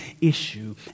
issue